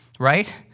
Right